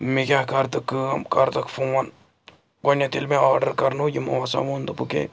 مےٚ کیٛاہ کَر تہٕ کٲم کَرتکھ فون گۄڈنٮ۪تھ ییٚلہِ مےٚ آرڈر کَرنو یِم اوسا ووٚن دوٚپُکھ ہیے